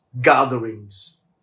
gatherings